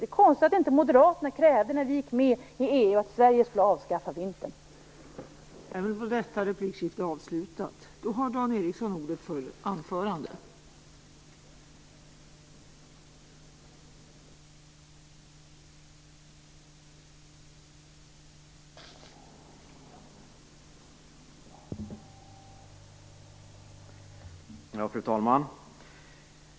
Det är konstigt att Moderaterna inte krävde att Sverige skulle avskaffa vintern när vi gick med i EU.